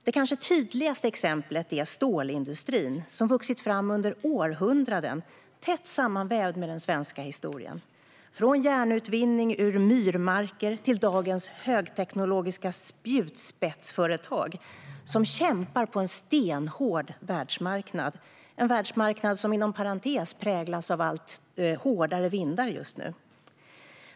Det kanske tydligaste exemplet är stålindustrin som har vuxit fram under århundraden, tätt sammanvävd med den svenska historien - från järnutvinning ur myrmarker till dagens högteknologiska spjutspetsföretag som kämpar på en stenhård världsmarknad, en världsmarknad som inom parentes sagt just nu präglas av allt hårdare vindar.